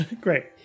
Great